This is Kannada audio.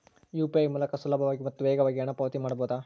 ಯು.ಪಿ.ಐ ಮೂಲಕ ಸುಲಭವಾಗಿ ಮತ್ತು ವೇಗವಾಗಿ ಹಣ ಪಾವತಿ ಮಾಡಬಹುದಾ?